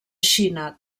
xina